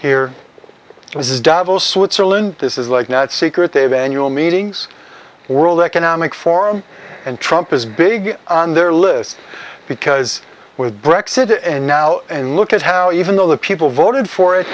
here this is davos switzerland this is like not secretive annual meetings world economic forum and trump is big on their list because with bret's it and now and look at how even though the people voted for